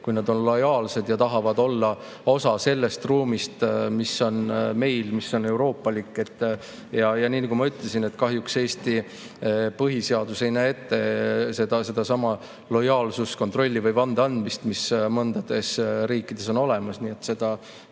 kui nad on lojaalsed ja tahavad olla osa sellest meie ruumist, mis on euroopalik. Ja nagu ma ütlesin, kahjuks Eesti põhiseadus ei näe ette sellist lojaalsuskontrolli või vande andmist, mis mõnes riigis on olemas. Nii et seda